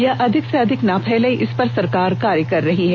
यह अधिक से अधिक न फैले इसपर सरकार कार्य कर रही है